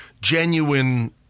genuine